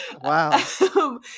Wow